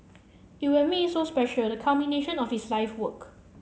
it would have made so special the culmination of his life's work